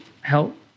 help